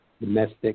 domestic